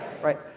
Right